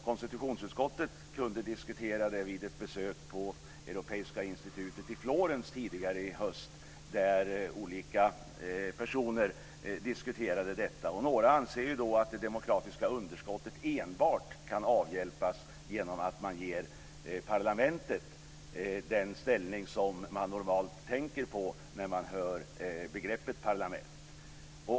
Konstitutionsutskottet kunde diskutera det vid ett besök vid Europeiska institutet i Florens tidigare i höst, där olika personer diskuterade frågan. Några anser att det demokratiska underskottet enbart kan avhjälpas genom att man ger parlamentet den ställning som man normalt tänker på när man hör begreppet parlament.